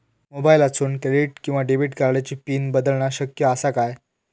मोबाईलातसून क्रेडिट किवा डेबिट कार्डची पिन बदलना शक्य आसा काय?